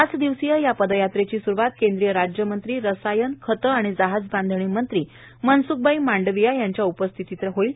पाच दिवसीय या पदयात्रेची सुरूवात केंद्रीय राज्यमंत्री रसायन खते आणि जहाजबांधणी मंत्री मनसुखभाई मांडवीया उपस्थित राहणार आहेत